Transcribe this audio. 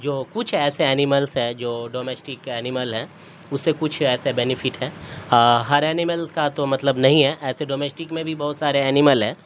جو کچھ ایسے اینملس ہیں جو ڈومیسٹک اینمل ہیں اس سے کچھ ایسے بینیفٹ ہیں ہر اینملس کا تو مطلب نہیں ہے ایسے ڈومیسٹک میں بھی بہت سارے اینیمل ہیں